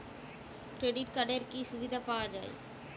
Credit কার্ডের কি কি সুবিধা পাওয়া যায়?